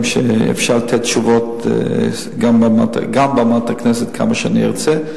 שאפשר לתת בהם תשובות כמה שאני ארצה,